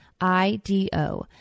I-D-O